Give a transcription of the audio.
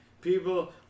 People